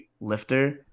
lifter